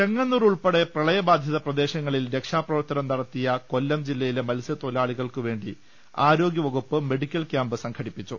ചെങ്ങന്നൂർ ഉൾപ്പടെ പ്രളയബാധിത പ്രദേശങ്ങളിൽ രക്ഷാപ്രവർത്തനം നടത്തിയ കൊല്ലം ജില്ലയിലെ മത്സ്യത്തൊഴിലാളികൾക്കുവേണ്ടി ആരോഗ്യ വകുപ്പ് മെഡിക്കൽ കൃാമ്പ് സംഘടിപ്പിച്ചു